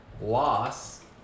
loss